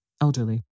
elderly